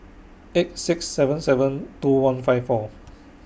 eight six seven seven two one five four